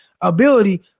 ability